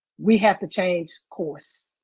we have to change course.